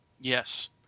Yes